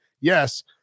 Yes